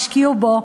השקיעו בו,